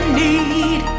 need